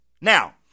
Now